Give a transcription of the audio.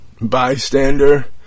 bystander